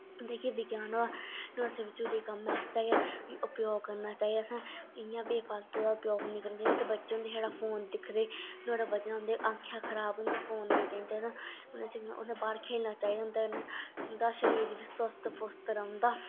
जेह्के विज्ञान ऐ नोह्ड़े च जरूरी कम्म आस्तै गै उपजोग करना चाहीदा अस इ'यां बेफाल्तू दा उपजोग नि करना चाहीदा जेह्के बच्चे होंदे छड़ा फोन दिक्खदे नोहड़े वजहा ने उंदी अक्खां खराब होंदी उनें फोन नेईं देना चाहीदा ओह्दे शा उनें बाह्र खेलना चाहीदा उंदे कन्नै उंदा शरीर बी स्वस्थ फुस्त रौह्ंदा